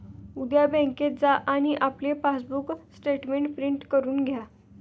उद्या बँकेत जा आणि आपले पासबुक स्टेटमेंट प्रिंट करून घ्या